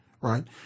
right